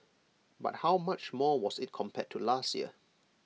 but how much more was IT compared to last year